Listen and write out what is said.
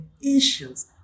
issues